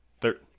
Third